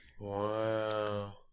Wow